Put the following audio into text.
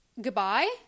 goodbye